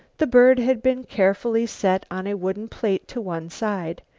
the bird had been carefully set on a wooden plate to one side.